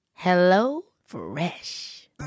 HelloFresh